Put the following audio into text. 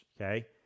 okay